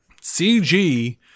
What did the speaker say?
CG